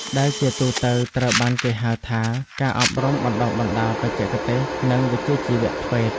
ដែលជាទូទៅត្រូវបានគេហៅថា ការអប់រំបណ្ដុះបណ្ដាលបច្ចេកទេស និងវិជ្ជាជីវៈ (TVET)។